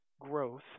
growth